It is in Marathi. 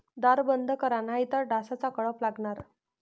दार बंद करा नाहीतर डासांचा कळप लागणार